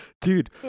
Dude